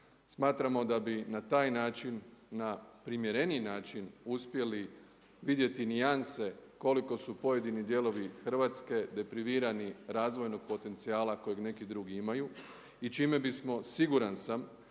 Smatramo da bi na taj način, na primjereniji način uspjeli vidjeti nijanse koliko su pojedini dijelovi Hrvatske deprivirani razvojnog potencijala kojeg neki drugi imaju i čime bismo siguran sam